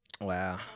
Wow